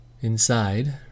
Inside